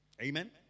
Amen